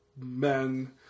men